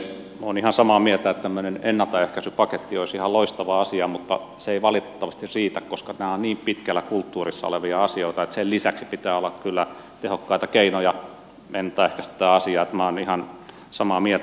olen ihan samaa mieltä että tämmöinen ennaltaehkäisypaketti olisi ihan loistava asia mutta se ei valitettavasti riitä koska nämä ovat niin pitkällä kulttuurissa olevia asioita että sen lisäksi pitää olla kyllä tehokkaita keinoja ennalta ehkäistä tätä asiaa että minä olen ihan samaa mieltä